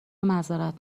معذرت